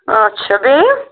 اچھا بیٚیہِ